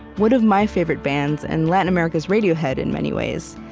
one of my favorite bands, and latin america's radiohead in many ways,